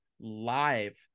live